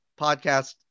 podcast